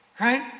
right